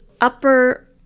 upper